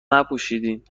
نپوشیدین